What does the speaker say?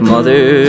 Mother